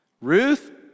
Ruth